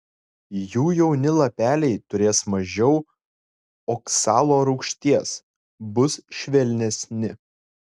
jų jauni lapeliai turės mažiau oksalo rūgšties bus švelnesni